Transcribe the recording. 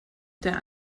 der